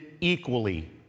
equally